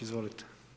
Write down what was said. Izvolite.